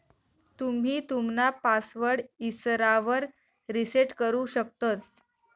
तुम्ही तुमना पासवर्ड इसरावर रिसेट करु शकतंस